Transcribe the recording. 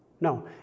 No